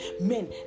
men